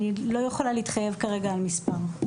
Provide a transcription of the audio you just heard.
אני לא יכולה להתחייב כרגע על מספר.